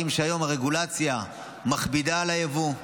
שבהם הרגולציה מכבידה היום על היבוא.